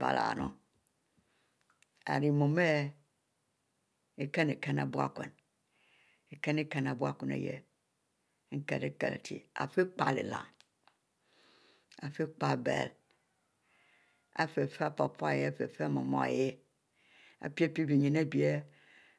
Wuluon lieh mie ibieh yah nunu iri mu ari ikinn-kinn leh buikun nkie leh kiele chie afie pie leh-lern afie piie biel, ari fie-fieh mama ari fie-fieh papa ohieh apie-pie benyin ari bie